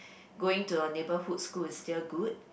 going to a neighbourhood school is still good